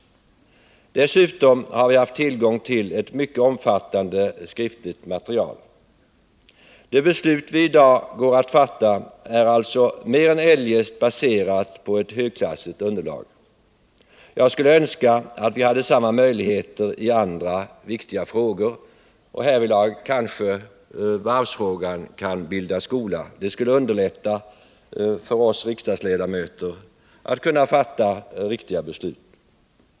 Dessutom har vi haft tillgång till ett mycket omfattande skriftligt material. Det beslut vi i dag går att fatta är alltså mer än eljest baserat på ett högklassigt underlag. Jag skulle önska att vi hade samma möjligheter i andra viktiga frågor, och härvidlag kanske varvsfrågan kan bilda skola — det skulle underlätta för oss riksdagsledamöter att fatta riktiga beslut.